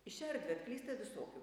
į šią erdvę atklysta visokių